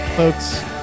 folks